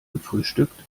gefrühstückt